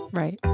right.